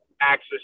Access